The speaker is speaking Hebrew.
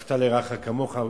"ואהבת לרעך כמוך".